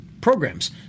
programs